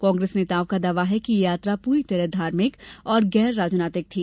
कांग्रेस नेताओं का दावा है कि यह यात्रा पूरी तरह धार्मिक और गैर राजनैतिक थी